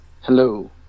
Hello